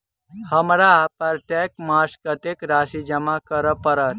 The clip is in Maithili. हमरा प्रत्येक मास कत्तेक राशि जमा करऽ पड़त?